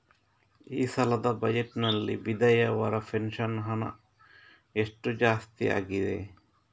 ಈ ಸಲದ ಬಜೆಟ್ ನಲ್ಲಿ ವಿಧವೆರ ಪೆನ್ಷನ್ ಹಣ ಎಷ್ಟು ಜಾಸ್ತಿ ಆಗಿದೆ?